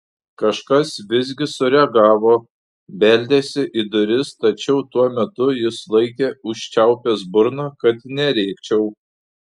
kažkas visgi sureagavo beldėsi į duris tačiau tuo metu jis laikė užčiaupęs burną kad nerėkčiau